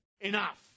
enough